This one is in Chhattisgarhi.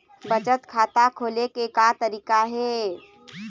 बचत खाता खोले के का तरीका हे?